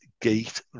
Gate